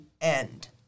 end